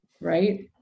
right